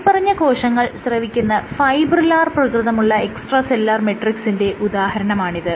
മേല്പറഞ്ഞ കോശങ്ങൾ സ്രവിക്കുന്ന ഫൈബ്രില്ലാർ പ്രകൃതമുള്ള എക്സ്ട്രാ സെല്ലുലാർ മെട്രിക്സിന്റെ ഉദാഹരണമാണിത്